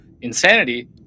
insanity